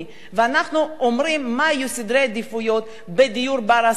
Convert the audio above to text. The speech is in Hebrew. ואנחנו אומרים מה יהיו סדרי העדיפויות בדיור בר-השגה,